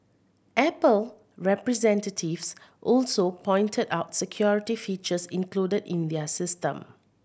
Apple representatives also pointed out security features included in their system